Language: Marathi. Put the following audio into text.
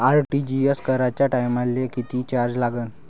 आर.टी.जी.एस कराच्या टायमाले किती चार्ज लागन?